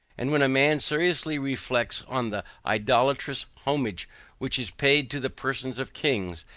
and when a man seriously reflects on the idolatrous homage which is paid to the persons of kings,